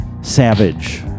Savage